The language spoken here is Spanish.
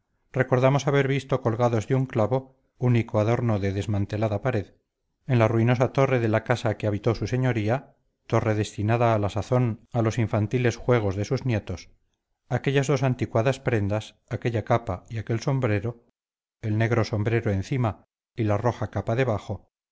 recordamos haber visto colgados de un clavo único adorno de desmantelada pared en la ruinosa torre de la casa que habitó su señoría torre destinada a la sazón a los infantiles juegos de sus nietos aquellas dos anticuadas prendas aquella capa y aquel sombrero el negro sombrero encima y la roja capa debajo